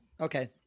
Okay